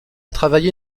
travaillé